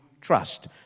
trust